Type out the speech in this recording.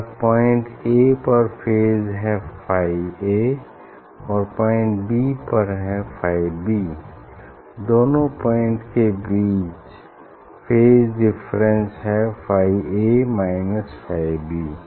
अगर point A पर phase है फाई ए और पॉइंट बी पर है फाई बी दोनों पॉइंट के बीच फेज डिफरेंस है phi A minus phi B